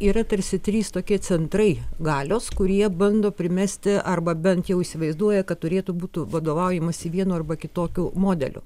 yra tarsi trys tokie centrai galios kurie bando primesti arba bent jau įsivaizduoja kad turėtų būtų vadovaujamasi vienu arba kitokiu modeliu